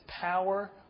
power